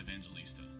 Evangelista